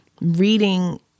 reading